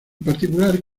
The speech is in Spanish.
particular